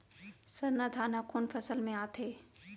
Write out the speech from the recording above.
सरना धान ह कोन फसल में आथे?